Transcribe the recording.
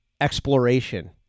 exploration